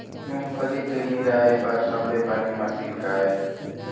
मूंगफली के निराई बर सबले बने मशीन का ये?